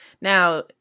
Now